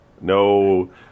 No